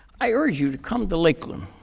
i urge you to come to lakeland.